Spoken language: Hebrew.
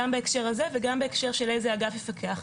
גם בהקשר הזה וגם בהקשר של איזה אגף יפקח.